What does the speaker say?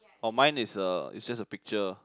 for mine is a is just a picture